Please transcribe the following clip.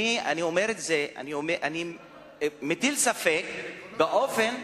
אני אומר את זה, אני מטיל ספק באופן,